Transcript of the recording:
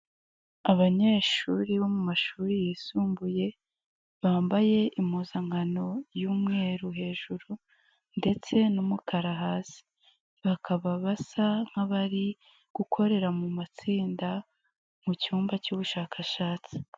Abanyeshuri bo mu mashuri yisumbuye bambaye impuzankano y'umweru hejuru ,ndetse n'umukara hasi ,bakaba basa nk'abari gukorera mu matsinda, mu cyumba cy'ubushakashatsi.